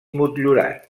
motllurat